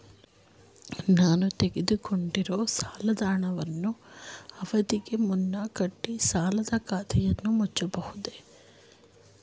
ನಾನು ತೆಗೆದುಕೊಂಡಿರುವ ಸಾಲದ ಹಣವನ್ನು ಅವಧಿಗೆ ಮುನ್ನ ಕಟ್ಟಿ ಸಾಲದ ಖಾತೆಯನ್ನು ಮುಚ್ಚಬಹುದೇ?